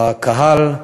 בקהל,